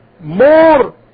more